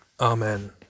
Amen